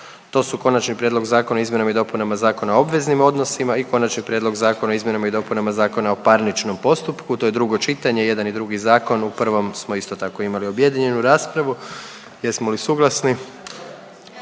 to su Konačni prijedlog Zakona o izmjenama i dopunama Zakona o obveznim odnosima i Konačni prijedlog Zakona o izmjenama i dopunama Zakona o parničnom postupku, to je drugo čitanje jedan i drugi zakon. U prvom smo isto tako imali objedinjenu raspravu. Jesmo li suglasni?